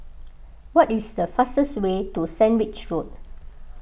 what is the fastest way to Sandwich Road